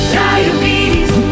diabetes